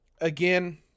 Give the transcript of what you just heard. Again